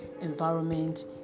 environment